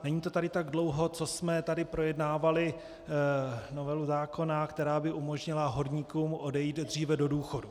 Není to tady tak dlouho, co jsme tady projednávali novelu zákona, která by umožnila horníkům odejít dříve do důchodu.